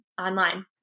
Online